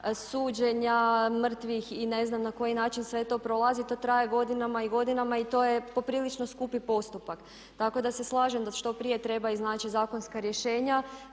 suđenja, mrtvih i ne znam na koji način sve to prolazi to traje godinama i godinama i to je poprilično skupi postupak, tako da se slažem da što prije treba iznaći zakonska rješenja,